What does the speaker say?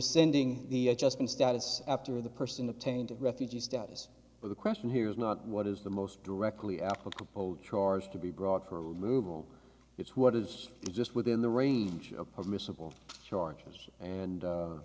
sending the adjustment status after the person obtained refugee status but the question here is not what is the most directly applicable charge to be brought her removal it's what is just within the range of permissible charges and